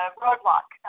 roadblock